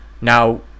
Now